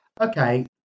Okay